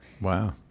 Wow